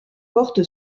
porte